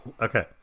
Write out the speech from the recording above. okay